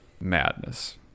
Madness